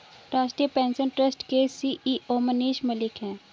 राष्ट्रीय pension trust के CEO Manish Malik है